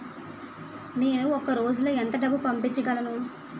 నేను ఒక రోజులో ఎంత డబ్బు పంపించగలను?